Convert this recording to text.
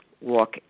walk